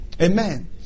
Amen